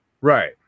right